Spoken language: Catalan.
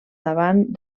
davant